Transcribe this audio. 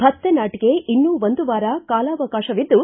ಭತ್ತ ನಾಟಗೆ ಇನ್ನೂ ಒಂದು ವಾರ ಕಾಲಾವಕಾಶವಿದ್ದು